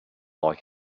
like